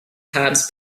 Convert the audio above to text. times